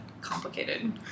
complicated